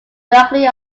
directly